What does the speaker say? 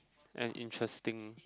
and interesting